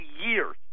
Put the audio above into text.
years